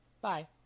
Bye